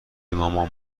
مامان